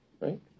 right